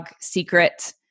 secret